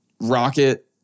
Rocket